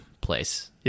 place